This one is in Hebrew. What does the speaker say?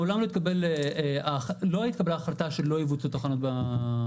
מעולם לא התקבלה החלטה של לא יבוצעו תחנות במסילה.